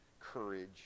courage